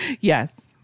Yes